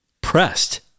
pressed